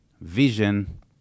Vision